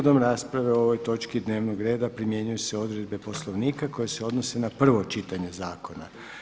Prigodom rasprave o ovoj točci dnevnog reda primjenjuje se odredbe poslovnika koje se odnose na prvo čitanje zakona.